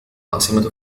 عاصمة